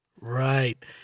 Right